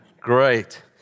Great